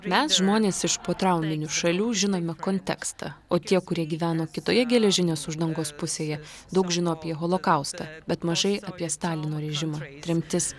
mes žmonės iš potrauminių šalių žinome kontekstą o tie kurie gyveno kitoje geležinės uždangos pusėje daug žino apie holokaustą bet mažai apie stalino režimą tremtis